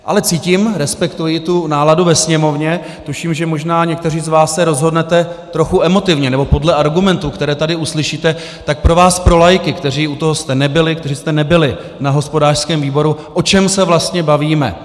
Ale cítím a respektuji tu náladu ve Sněmovně, tuším, že možná někteří z vás se rozhodnete trochu emotivně nebo podle argumentů, které tady uslyšíte, tak pro vás laiky, kteří jste u toho nebyli, kteří jste nebyli na hospodářském výboru, o čem se vlastně bavíme.